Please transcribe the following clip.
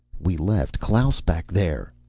we left klaus back there.